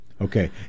Okay